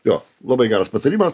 jo labai geras patarimas